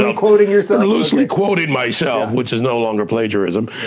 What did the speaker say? so quoting yourself? loosely quoting myself, which is no longer plagiarism,